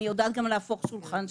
אני יודעת גם להפוך שולחן כשצריך.